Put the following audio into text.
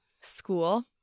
School